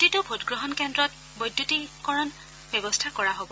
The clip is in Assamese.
প্ৰতিটো ভোটগ্ৰহণ কেন্দ্ৰত বৈদ্যুতিকীকৰণৰ ব্যৱস্থা কৰা হ'ব